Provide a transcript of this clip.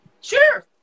Sure